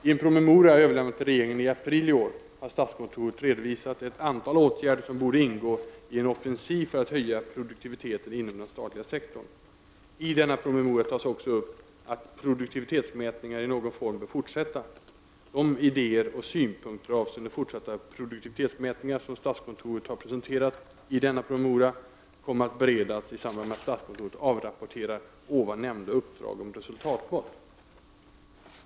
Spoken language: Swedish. I en promemoria överlämnad till regeringen i april i år har statskontoret redovisat ett antal åtgärder som borde ingå i en offensiv för att höja produktiviteten inom den statliga sektorn. I denna promemoria tas också upp att produktivitetsmätningar i någon form bör fortsätta. De idéer och synpunkter avseende fortsatta produktivitetsmätningar som statskontoret har presenterat i denna promemoria kommer att beredas i samband med att statskontoret avrapporterar ovan nämnda uppdrag om resultatmått.